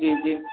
जी जी